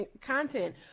content